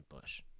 Bush